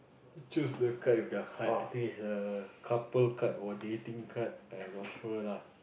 choose the card with the heart I think it's a couple card or dating card I'm not sure lah